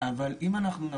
ואנחנו גם לא